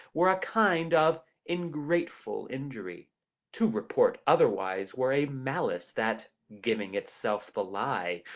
were a kind of ingrateful injury to report otherwise were a malice that, giving itself the lie,